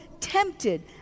tempted